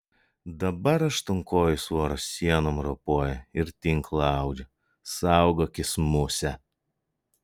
dabar aštuonkojis voras sienom ropoja ir tinklą audžia saugokis muse